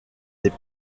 des